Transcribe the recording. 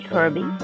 Kirby